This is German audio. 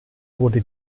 wurde